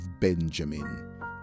Benjamin